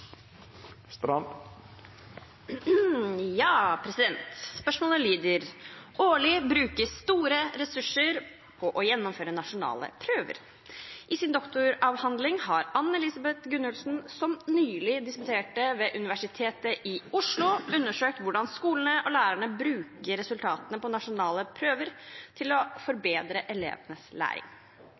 store ressurser på å gjennomføre nasjonale prøver. I sin doktoravhandling har Ann Elisabeth Gunnulfsen, som nylig disputerte ved Universitetet i Oslo, undersøkt hvordan skolene og lærerne bruker resultatene på nasjonale prøver til å forbedre elevenes læring.